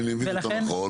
אם אני מבין אותו נכון.